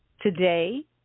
Today